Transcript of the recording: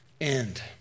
end